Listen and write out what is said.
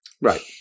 Right